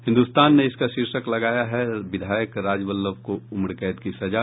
हिन्दुस्तान ने इसका शीर्षक लगाया है विधायक राजबल्लभ को उम्रकैद की सजा